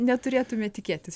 neturėtumėme tikėtis